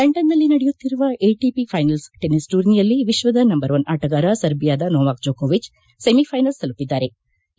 ಲಂಡನ್ನಲ್ಲಿ ನಡೆಯುತ್ತಿರುವ ATP finals ಟೂರ್ನಿಯಲ್ಲಿ ವಿಶ್ವದ ನಂಬರ್ ಒನ್ ಆಟಗಾರ ಸರ್ಜಿಯಾದ ನೋವಾಕ್ ಜೋಕೋವಿಜ್ ಸೆಮಿಫೆನಲ್ಸ್ ತಲುಪಿದ್ಸಾರೆ